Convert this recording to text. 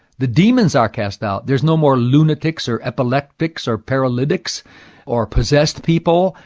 the demons are cast out. there's no more lunatics or epileptics or paralytics or possessed people.